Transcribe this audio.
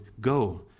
go